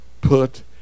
put